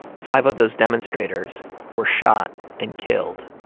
five of those demonstrators were shot and killed.